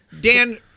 Dan